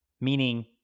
meaning